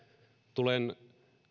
tulen